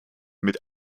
mit